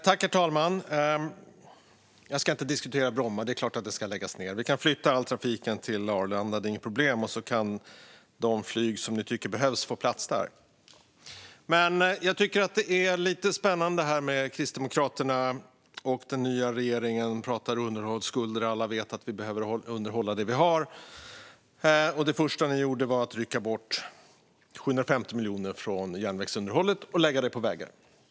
Herr talman! Jag ska inte diskutera Bromma. Det är klart att det ska läggas ned. Vi kan flytta all trafik till Arlanda; det är inget problem, och så kan de flyg som ni tycker behövs få plats där. Men det är ändå lite spännande när Kristdemokraterna och den nya regeringen här pratar underhållsskuld. Alla vet att vi behöver underhålla det vi har, men det första ni gjorde var att rycka bort 750 miljoner från järnvägsunderhållet och lägga det på vägar.